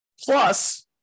Plus